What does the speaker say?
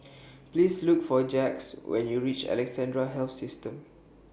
Please Look For Jacquez when YOU REACH Alexandra Health System